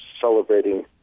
celebrating